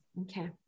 Okay